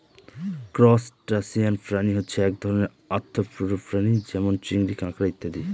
crustacean প্রাণী হচ্ছে এক ধরনের আর্থ্রোপোডা প্রাণী যেমন চিংড়ি, কাঁকড়া ইত্যাদি